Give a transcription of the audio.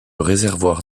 réservoir